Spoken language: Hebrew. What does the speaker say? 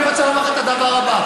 אני רוצה לומר לך את הדבר הבא,